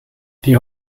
die